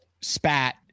spat